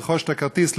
יכול לרכוש את הכרטיס,